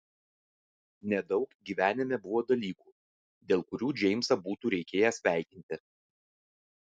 nedaug gyvenime buvo dalykų dėl kurių džeimsą būtų reikėję sveikinti